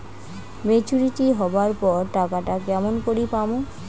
Maturity হবার পর টাকাটা কেমন করি পামু?